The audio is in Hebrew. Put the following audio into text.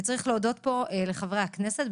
וצריך להודות פה לחברי הכנסת,